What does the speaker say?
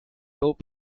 built